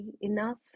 enough